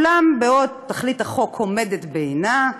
ואולם, בעוד תכלית החוק עומדת בעינה,